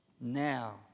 Now